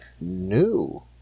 new